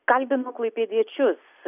kalbinu klaipėdiečius